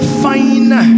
fine